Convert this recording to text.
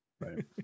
right